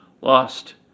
lost